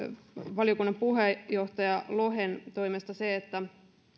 valiokunnan puheenjohtaja lohen toimesta se että